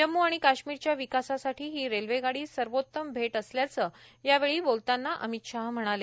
जम्म् आणि काश्मीरच्या विकासासाठी ही रेल्वेगाडी सर्वोतम भेट असल्याचं यावेळी बोलतांना अमित शाह म्हणाले